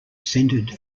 centred